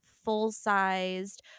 full-sized